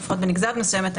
לפחות בנגזרת מסוימת,